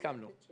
הסכמנו.